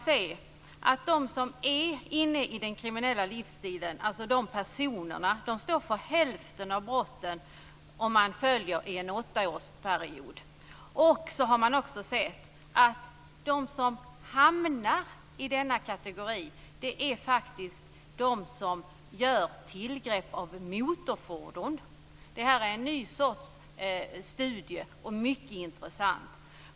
Brottsförebyggande rådet har studerat en åttaårsperiod, och man har sett att de personer som har en kriminell livsstil står för hälften av brotten. De som hamnar i denna kategori är faktiskt de som gör tillgrepp av motorfordon - detta är en ny studie som är mycket intressant.